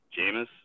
Jameis